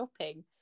shopping